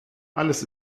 alles